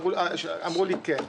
אמרו לי כן,